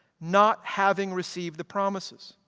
not having received the promises,